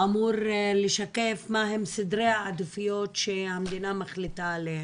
ואמור לשקף מה הם סדרי העדיפויות שהמדינה מחליטה עליהם.